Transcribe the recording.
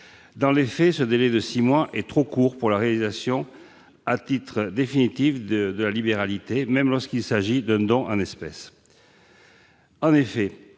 Dans les faits, ce délai de six mois est trop court pour la réalisation à titre définitif de la libéralité, même lorsqu'il s'agit d'un don en espèces.